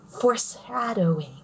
foreshadowing